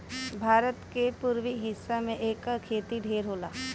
भारत के पुरबी हिस्सा में एकर खेती ढेर होला